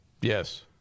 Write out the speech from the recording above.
yes